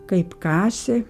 kaip kasė